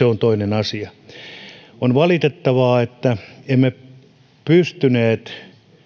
on toinen asia on valitettavaa että emme pystyneet